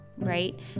Right